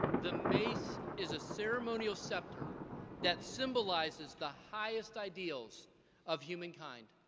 the mace is a ceremonial scepter that symbolizes the highest ideals of humankind.